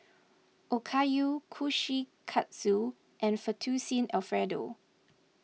Okayu Kushikatsu and Fettuccine Alfredo